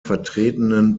vertretenen